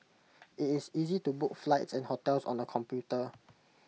IT is easy to book flights and hotels on the computer